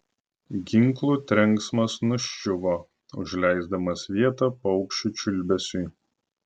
ginklų trenksmas nuščiuvo užleisdamas vietą paukščių čiulbesiui